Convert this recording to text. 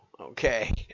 okay